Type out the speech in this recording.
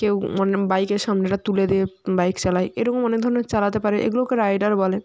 কেউ মানে বাইকের সামনেটা তুলে দিয়ে বাইক চালায় এরকম অনেক ধরনের চালাতে পারে এগুলোকে রাইডার বলে